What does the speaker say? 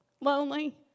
lonely